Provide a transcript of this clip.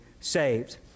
saved